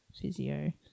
physio